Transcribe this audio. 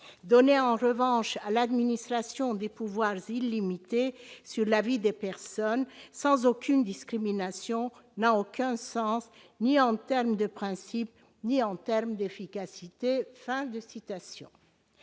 Donner en revanche à l'administration des pouvoirs illimités sur la vie des personnes sans aucune discrimination, n'a aucun sens, ni en termes de principes, ni en termes d'efficacité. »